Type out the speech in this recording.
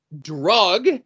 drug